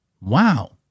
Wow